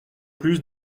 plus